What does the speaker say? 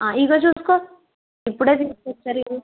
ఇదిగో చూసుకో ఇప్పుడే తీసుకొచ్చాము ఇవి